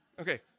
okay